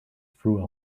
through